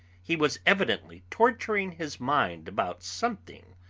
he was evidently torturing his mind about something,